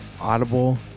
Audible